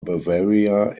bavaria